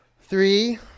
Three